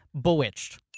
Bewitched